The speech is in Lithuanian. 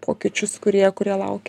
pokyčius kurie kurie laukia